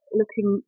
looking